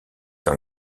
dans